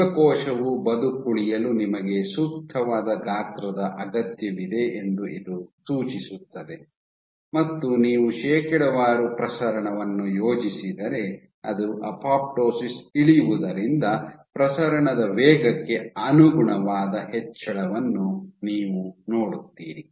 ಜೀವಕೋಶವು ಬದುಕುಳಿಯಲು ನಿಮಗೆ ಸೂಕ್ತವಾದ ಗಾತ್ರದ ಅಗತ್ಯವಿದೆ ಎಂದು ಇದು ಸೂಚಿಸುತ್ತದೆ ಮತ್ತು ನೀವು ಶೇಕಡಾವಾರು ಪ್ರಸರಣವನ್ನು ಯೋಜಿಸಿದರೆ ಅದು ಅಪೊಪ್ಟೋಸಿಸ್ ಇಳಿಯುವುದರಿಂದ ಪ್ರಸರಣದ ವೇಗಕ್ಕೆ ಅನುಗುಣವಾದ ಹೆಚ್ಚಳವನ್ನು ನೀವು ನೋಡುತ್ತೀರಿ